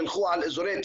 תלכו על אזורי,